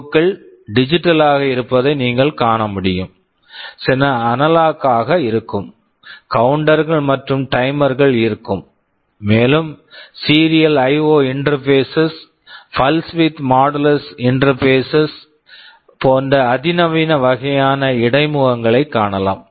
ஓ IO -கள் digital digital ஆக இருப்பதை நீங்கள் காண முடியும் சில அனலாக் analog ஆக இருக்கும் கவுண்டர் counter கள் மற்றும் டைமர் timer கள் இருக்கும் மேலும் serial serial IO IO interfaces interfaces pulse width modulated interfaces pulse width modulated interfaces கள் போன்ற அதிநவீன வகையான இடைமுகங்களும் இருக்கலாம்